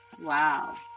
Wow